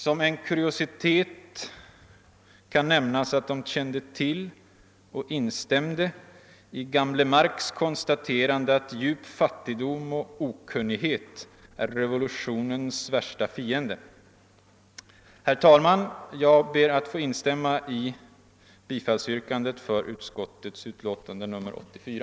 Som en kuriositet kan nämnas att de kände till och instämde i gamle Marx” konstaterande att djup fattigdom och okunnighet är revolutionens värsta fiender. Herr talman! Jag ber att få instämma i yrkandet om bifall till statsutskottets hemställan i dess utlåtande nr 84.